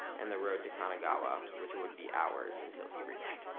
and the road to kanagawa, which would be hours until he reached.